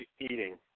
eating